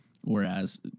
Whereas